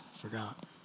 forgot